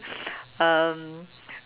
um